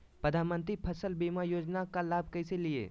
प्रधानमंत्री फसल बीमा योजना का लाभ कैसे लिये?